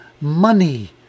money